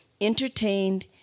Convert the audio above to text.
entertained